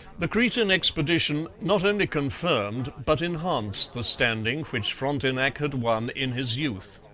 the cretan expedition not only confirmed but enhanced the standing which frontenac had won in his youth.